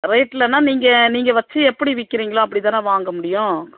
ரேட்லனால் நீங்கள் நீங்கள் வச்சு எப்படி விற்கிறீங்களோ அப்படி தானே வாங்க முடியும்